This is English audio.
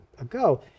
ago